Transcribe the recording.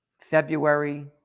February